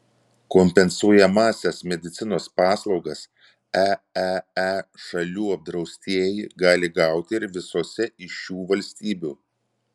kompensuojamąsias medicinos paslaugas eee šalių apdraustieji gali gauti ir visose iš šių valstybių